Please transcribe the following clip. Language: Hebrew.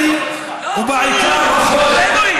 אולי תגנה את הפיגוע?